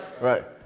right